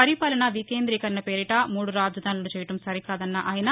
పరిపాలన వికేందీకరణ పేరిట మూడు రాజధానులు చేయడం కాదన్న ఆయన